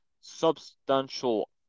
substantial